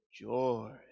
Joy